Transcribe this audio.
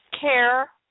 care